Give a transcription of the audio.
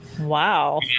wow